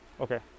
okay